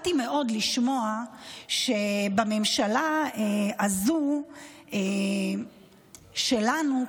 לשמוע שבממשלה הזו שלנו,